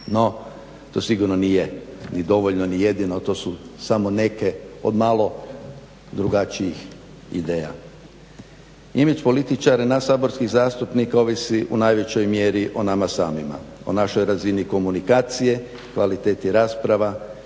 No, to sigurno nije ni dovoljno ni jedino, to su samo neke od malo drugačijih ideja. Imidž političara, nas saborskih zastupnika ovisi u najvećoj mjeri o nama samima, o našoj razini komunikacije, kvaliteti rasprava,